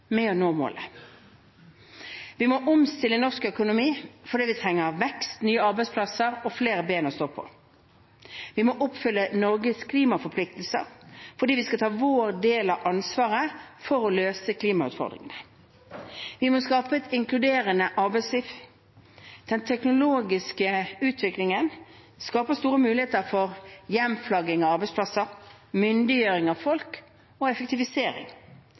med å nå målet. Vi må omstille norsk økonomi fordi vi trenger vekst, nye arbeidsplasser og flere ben å stå på. Vi må oppfylle Norges klimaforpliktelser fordi vi skal ta vår del av ansvaret for å løse klimautfordringene. Vi må skape et inkluderende arbeidsliv. Den teknologiske utviklingen skaper store muligheter for hjemflagging av arbeidsplasser, myndiggjøring av folk og effektivisering,